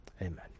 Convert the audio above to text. Amen